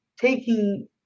taking